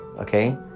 okay